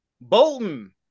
Bolton